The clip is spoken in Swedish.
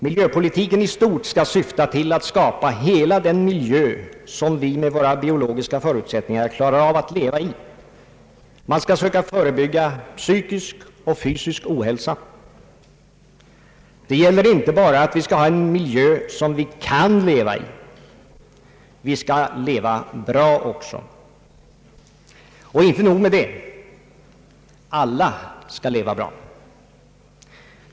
Miljöpolitiken i stort skall syfta till att skapa hela den miljö, som vi med våra biologiska förutsättningar klarar av att leva i. Man skall söka förebygga psykisk och fysisk ohälsa. Det gäller inte bara, att vi skall ha en miljö som vi kan leva i. Vi skall leva bra också. Och inte nog med det, alia skall leva bra.